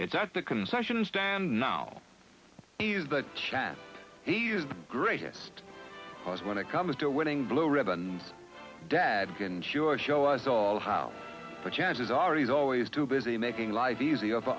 it's at the concession stand now he's got a chance he's the greatest when it comes to winning blue ribbon dad can sure show us all how the chances are he's always too busy making life easier